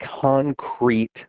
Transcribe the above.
concrete